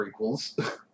prequels